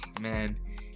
Man